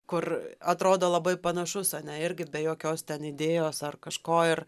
kur atrodo labai panašus ane irgi be jokios ten idėjos ar kažko ir